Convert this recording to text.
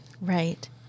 Right